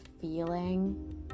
feeling